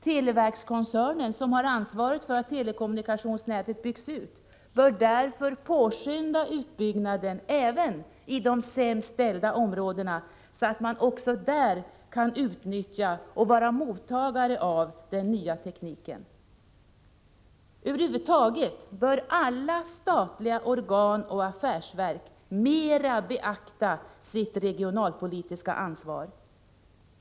Televerkskoncernen, som har ansvaret för att telekommunikationsnätet byggs ut, bör därför påskynda utbyggnaden även i de sämst ställda områdena så att man också där kan utnyttja och vara mottagare av den nya tekniken. Över huvud taget bör alla statliga organ och affärsverk mera beakta sitt regionalpolitiska ansvar.